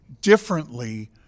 differently